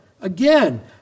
Again